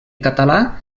català